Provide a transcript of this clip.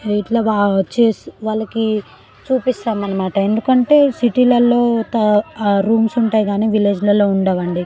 ఇట్లా బాగా చేస్తూ వాళ్ళకి చూపిస్తాం అన్నమాట ఎందుకంటే సిటీలల్లో రూమ్స్ ఉంటాయి కానీ విలేజ్లల్లో ఉండవండి